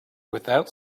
without